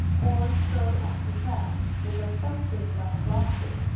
or to go after crabs, which are something like lobsters,